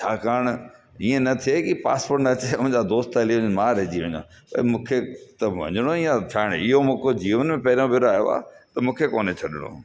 छाकाणि ईअं न थिए की पासपोट न अचे मुंहिंजा दोस्त हली वञे मां रहिजी वञा त मूंखे त वञिणो ई आहे साण इहो मौको जीवन मां पहिरियों पहिरियों आहियो आहे त मूंखे कोन छॾिणो